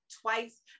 twice